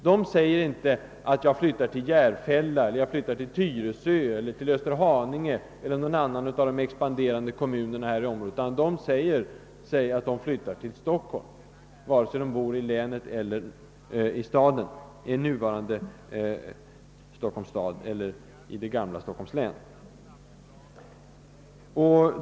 De säger inte att de flyttar till Järfälla, Tyresö, Österhaninge eller någon annan av de expanderande kommunerna i området utan säger att de flyttar till Stockholm och menar därmed storstockholmsområdet, d. v. s. förutvarande Stockholms stad omkringliggande delar av Stockholms län.